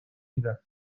میرفت